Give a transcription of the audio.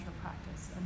practice